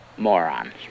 morons